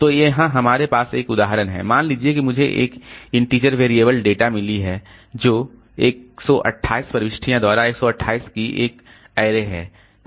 तो यहां हमारे पास एक उदाहरण है मान लीजिए कि मुझे एक इंटीचर वेरिएबल डेटा मिला है जो 128 प्रविष्टियों द्वारा 128 की एक अरे है